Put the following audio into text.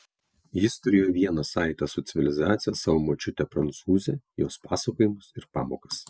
jis turėjo vieną saitą su civilizacija savo močiutę prancūzę jos pasakojimus ir pamokas